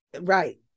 Right